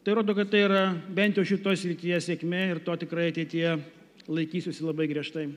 tai rodo kad tai yra bent jau šitoj srityje sėkmė ir to tikrai ateityje laikysiuosi labai griežtai